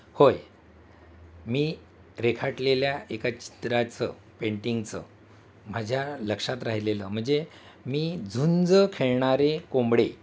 होय मी रेखाटलेल्या एका चित्राचं पेंटिंगचं माझ्या लक्षात राहिलेलं म्हणजे मी झुंज खेळणारे कोंबडे